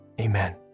Amen